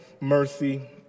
mercy